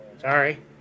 sorry